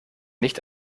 nicht